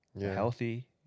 healthy